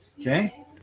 okay